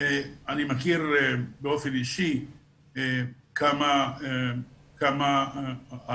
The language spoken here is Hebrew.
אני מכיר באופן אישי כמה עובדות